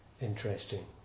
Interesting